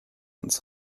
uns